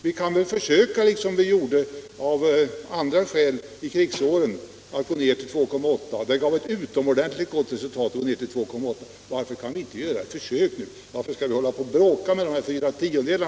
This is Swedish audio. Vi kan väl försöka, liksom vi gjorde av andra skäl under krigsåren, att gå ned till 2,8. Det gav ett utomordentligt gott resultat. Varför kan vi inte göra ett försök nu? Varför skall vi bråka om dessa fyra tiondelar?